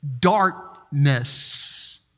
darkness